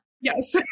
Yes